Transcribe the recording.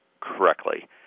correctly